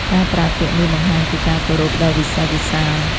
ការប្រើពាក្យនេះបង្ហាញពីការគោរពដ៏វិសេសវិសាល។